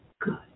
good